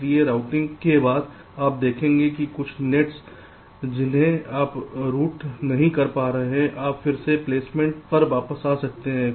इसलिए राउटिंग के बाद आप देखेंगे कि कुछ नेट्स जिन्हें आप रूट नहीं कर पा रहे हैं आप फिर से प्लेसमेंट पर वापस आ सकते हैं